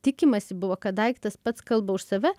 tikimasi buvo kad daiktas pats kalba už save